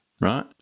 right